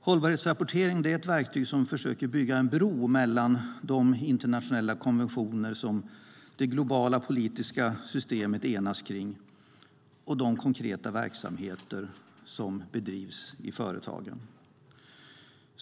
Hållbarhetsrapportering är ett verktyg som försöker bygga en bro mellan de internationella konventioner som det globala politiska systemet enas kring och de konkreta verksamheter som bedrivs i företagen.